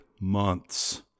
months